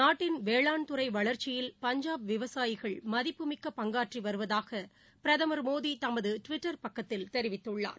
நாட்டின் வேளாண் துறைவளர்ச்சியில் பஞ்சாப் விவசாயிகள் மதிப்பு மிக்க பங்காற்றிவருவதாகபிரதமர் மோடிதமதுடிவிட்டர் பக்கத்தில் தெரிவித்துள்ளார்